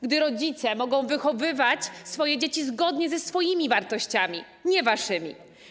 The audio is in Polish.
Gdy rodzice mogą wychowywać swoje dzieci zgodnie ze swoimi wartościami, nie waszymi.